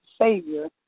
Savior